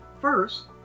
First